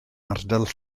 ardal